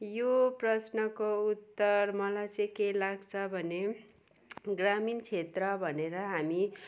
यो प्रश्नको उत्तर मलाई चाहिँ के लाग्छ भने ग्रामिण क्षेत्र भनेर हामी